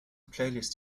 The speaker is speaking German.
playlist